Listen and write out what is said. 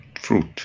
fruit